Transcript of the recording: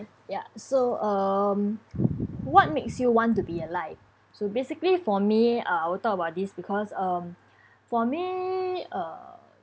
ya so um what makes you want to be alive so basically for me uh I will talk about this because um for me uh